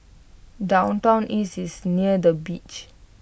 downtown east is near the beach